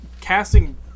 casting